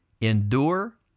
endure